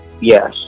yes